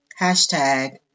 hashtag